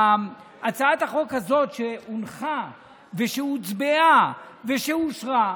הצעת החוק הזאת, שהונחה ושהוצבעה ושאושרה,